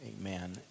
Amen